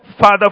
Father